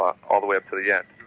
all the way up to the end,